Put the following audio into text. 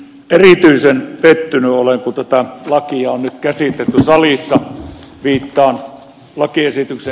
erityisen pettynyt olen kun tätä lakia on nyt käsitelty salissa